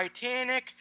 Titanic